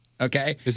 Okay